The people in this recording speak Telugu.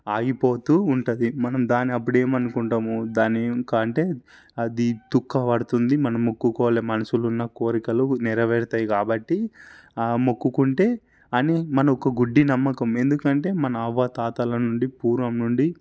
ఆగిపోతూ ఉంటుంది మనం దాని అప్పుడు ఏం అనుకుంటాము దాని కంటే అది తొక్క పడుతుంది మనము మొక్కుకోవాలి మనసులో ఉన్న కోరికలు నెరవేరుతాయి కాబట్టి ఆ మొక్కుకుంటే అని మనకు గుడ్డి నమ్మకం ఎందుకు అంటే మన అవ్వాతాతల నుండి పూర్వము నుండి